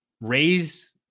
raise